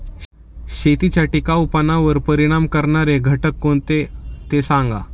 शेतीच्या टिकाऊपणावर परिणाम करणारे घटक कोणते ते सांगा